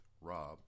Rob